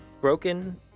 broken